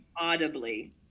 audibly